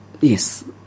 yes